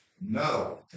No